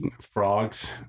frogs